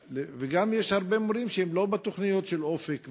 וגם יש הרבה מורים שהם לא בתוכניות של "אופק חדש".